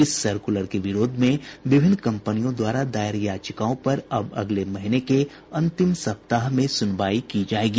इस सर्कुलर के विरोध में विभिन्न कम्पनियों द्वारा दायर याचिकाओं पर अब अगले महीने के अंतिम सप्ताह में सुनवाई की जाएगी